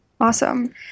Awesome